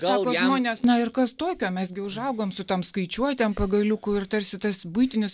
sako žmonės na ir kas tokio mes gi užaugom su tom skaičiuotėm pagaliukų ir tarsi tas buitinis